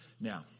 Now